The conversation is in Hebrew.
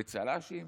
בצל"שים?